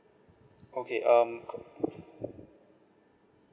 okay um